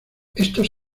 estos